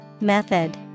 Method